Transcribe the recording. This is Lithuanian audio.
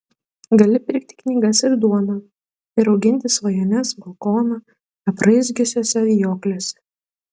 gali pirkti knygas ir duoną ir auginti svajones balkoną apraizgiusiuose vijokliuose